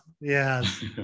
Yes